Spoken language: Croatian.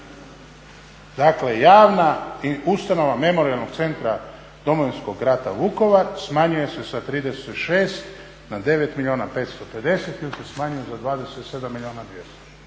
Dakle java ustanova Memorijalnog centra Domovinskog rata Vukovar smanjuje se sa 36 na 9 milijuna 550 ili se smanjuje za 27 milijuna 200. Toliko